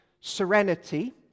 serenity